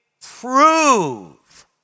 prove